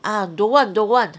ah don't want don't want